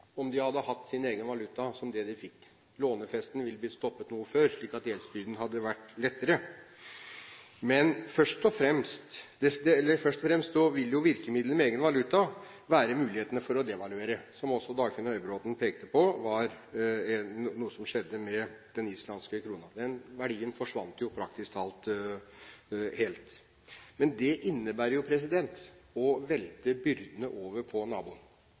om de hadde hatt sin egen valuta, som det de fikk. Lånefesten ville blitt stoppet noe før, slik at gjeldsbyrden hadde vært lettere. Først og fremst ville jo virkemidlet med egen valuta vært muligheten for å devaluere, som også Dagfinn Høybråten pekte på var noe som skjedde med den islandske kronen. Den verdien forsvant jo praktisk talt helt. Men det innebærer å velte byrdene over på